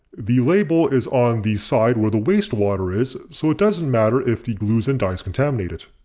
the label is on the side where the wastewater is so it doesn't matter if the glues and dyes contaminate it.